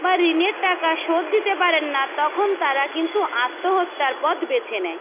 বা ঋণের টাকা শোধ দিতে পারেন না তখন তারা কিন্তু আত্মহত্যার পথ বেছে নেয়